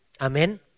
Amen